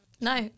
No